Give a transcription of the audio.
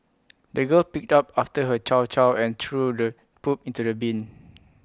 the girl picked up after her chow chow and threw the poop into the bin